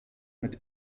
mit